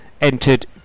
entered